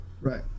right